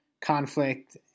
conflict